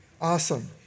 Awesome